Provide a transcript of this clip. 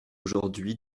aujourd’hui